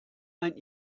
ein